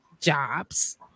jobs